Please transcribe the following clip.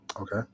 okay